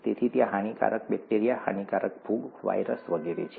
તેથી ત્યાં હાનિકારક બેક્ટેરિયા હાનિકારક ફૂગ વાયરસ વગેરે છે